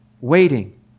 waiting